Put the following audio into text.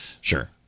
Sure